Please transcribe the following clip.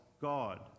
God